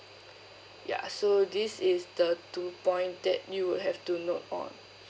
ya so this is the two point that you would have to note of